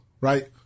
right